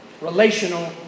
relational